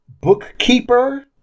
bookkeeper